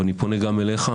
ואני פונה גם אליך,